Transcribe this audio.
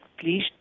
please